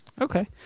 Okay